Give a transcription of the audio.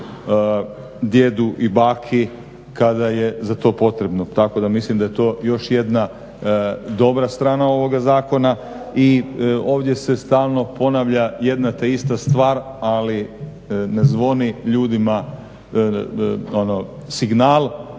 djedu i baki kada je za to potrebno. Tako da mislim da je to još jedna dobra strana ovoga zakona. I ovdje se stalno ponavlja jedna te ista stvar, ali ne zvoni ljudima signal,